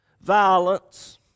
violence